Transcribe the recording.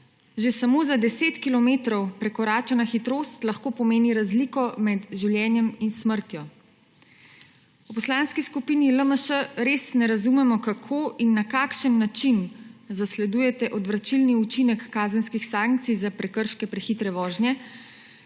že samo za 10 kilometrov prekoračena hitrost lahko pomeni razliko med življenjem in smrtjo. V Poslanski skupini LMŠ res ne razumemo, kako in na kakšen način zasledujete odvračilni učinek kazenskih sankcij za prekrške prehitre vožnje,